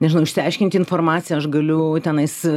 nežinau išsiaiškinti informaciją aš galiu tenais